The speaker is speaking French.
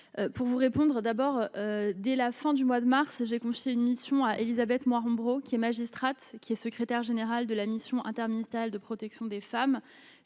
Pour vous répondre d'abord dès la fin du mois de mars, j'ai confié une mission à Élisabeth Moir Umbro qui est magistrate, qui est secrétaire général de la Mission interministérielle de protection des femmes